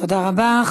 תודה רבה.